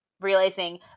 Realizing